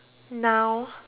N O